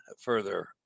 further